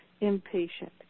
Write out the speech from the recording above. impatient